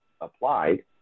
applied